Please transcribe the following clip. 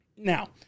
Now